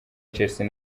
chelsea